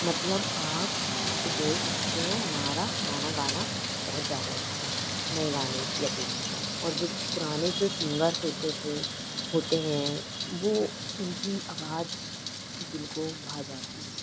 मतलब आप उसको बोल सकते हो हमारा पुराना गाना बहुत ज़्यादा अच्छा है नए गाने की अपेक्षा और जो पुराने से सिंगर्स होते थे होते हैं वह उनकी आवाज़ दिल को भा जाती है